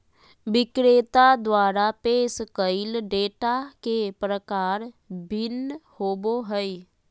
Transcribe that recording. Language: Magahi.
विक्रेता द्वारा पेश कइल डेटा के प्रकार भिन्न होबो हइ